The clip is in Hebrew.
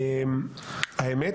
האמת